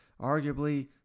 arguably